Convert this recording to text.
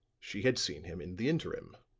she had seen him in the interim.